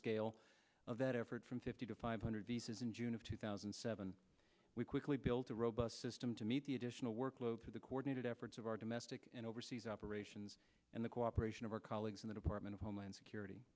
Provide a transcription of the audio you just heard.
scale of that effort from fifty to five hundred pieces in june of two thousand and seven we quickly built a robust system to meet the additional workload to the coordinated efforts of our domestic and overseas operations and the cooperation of our colleagues in the department of homeland security